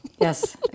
Yes